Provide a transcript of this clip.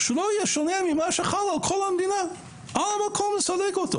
שלא יהיה שונה ממה שחל על כל המדינה, לסלק אותו